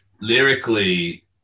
lyrically